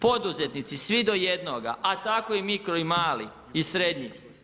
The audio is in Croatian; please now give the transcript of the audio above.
Poduzetnici, svi do jednoga, a tko i mikro i mali, i srednji.